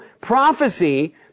prophecy